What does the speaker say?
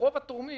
רוב התורמים